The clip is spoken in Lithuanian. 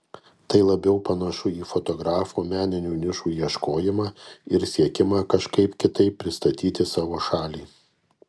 tai labiau panašu į fotografo meninių nišų ieškojimą ir siekimą kažkaip kitaip pristatyti savo šalį